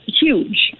huge